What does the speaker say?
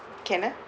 can ah